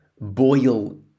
boil